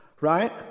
right